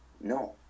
No